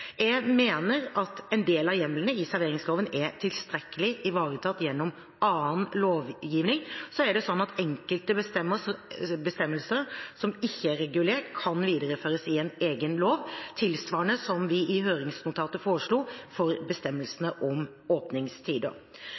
Jeg mener at en del av hjemlene i serveringsloven er tilstrekkelig ivaretatt gjennom annen lovgivning. Enkelte bestemmelser som ikke er regulert, kan videreføres i en egen lov, tilsvarende det høringsnotatet foreslo for bestemmelsen om åpningstider.